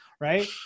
right